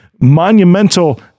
monumental